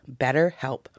BetterHelp